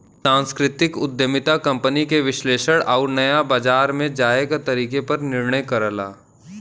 सांस्कृतिक उद्यमिता कंपनी के विश्लेषण आउर नया बाजार में जाये क तरीके पर निर्णय करला